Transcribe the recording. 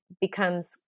becomes